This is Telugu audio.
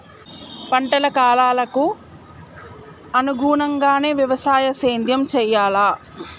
పంటల కాలాలకు అనుగుణంగానే వ్యవసాయ సేద్యం చెయ్యాలా?